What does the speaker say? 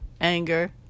anger